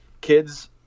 kids